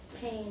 pain